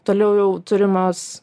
toliau jau turimas